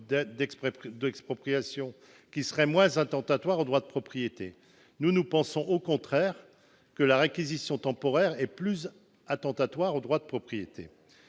d'expropriation, qui serait moins attentatoire au droit de propriété. Nous pensons, à l'opposé, que la réquisition temporaire est plus attentatoire au droit de propriété.